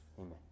Amen